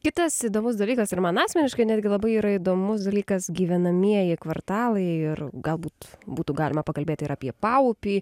kitas įdomus dalykas ir man asmeniškai netgi labai yra įdomus dalykas gyvenamieji kvartalai ir galbūt būtų galima pakalbėti ir apie paupį